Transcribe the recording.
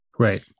Right